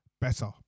better